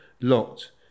Locked